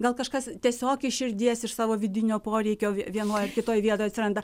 gal kažkas tiesiog iš širdies iš savo vidinio poreikio vienoj ar kitoj vietoj atsiranda